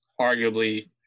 arguably